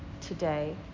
today